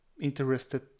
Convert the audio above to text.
interested